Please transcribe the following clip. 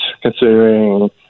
considering